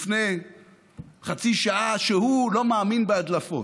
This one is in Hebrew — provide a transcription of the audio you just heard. לפני חצי שעה, שהוא לא מאמין בהדלפות.